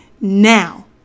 now